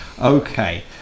Okay